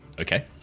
Okay